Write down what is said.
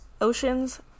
Oceans